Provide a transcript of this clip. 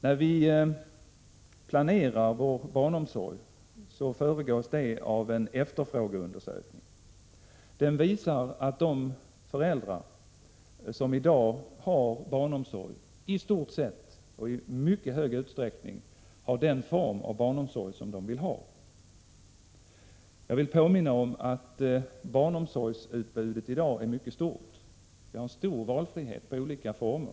När vi planerar vår barnomsorg föregås det av en efterfrågeundersökning. Denna visar nu att de föräldrar som i dag har barnomsorg i mycket hög utsträckning har den form av barnomsorg som de vill ha. Jag vill påminna om att barnomsorgsutbudet i dag är mycket stort. Vi har stor valfrihet mellan olika former.